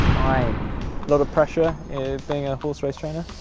time. a lot of pressure being a horse race trainer?